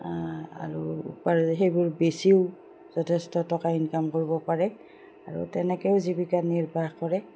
আৰু সেইবোৰ বেছিও যথেষ্ট টকা ইনকাম কৰিব পাৰে আৰু তেনেকৈও জীৱিকা নিৰ্বাহ কৰে